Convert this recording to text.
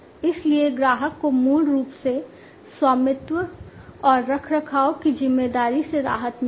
इसलिए ग्राहक को मूल रूप से स्वामित्व और रखरखाव की जिम्मेदारी से राहत मिली है